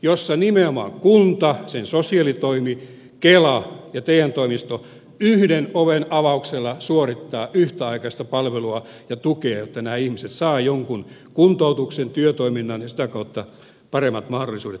siinä nimenomaan kunta sen sosiaalitoimi kela te toimisto yhden oven avauksella suorittaa yhtäaikaista palvelua ja tukee jotta nämä ihmiset saavat jonkun kuntoutuksen työtoiminnan ja sitä kautta paremmat mahdollisuudet työelämään